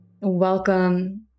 Welcome